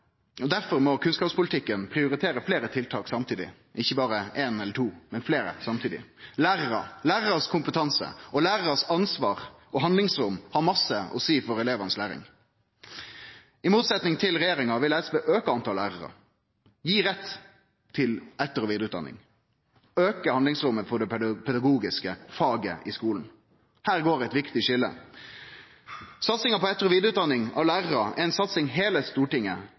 han. Derfor må kunnskapspolitikken prioritere fleire tiltak samtidig, ikkje berre eit eller to tiltak, men fleire samtidig. Lærarars kompetanse og lærarars ansvar og handlingsrom har mykje å seie for elevanes læring. I motsetning til regjeringa vil SV auke talet på lærarar, gi rett til etter- og vidareutdanning, auke handlingsrommet for det pedagogiske faget i skolen. Her går det eit viktig skilje. Satsinga på etter- og vidareutdanning av lærarar er ei satsing heile Stortinget